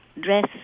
dress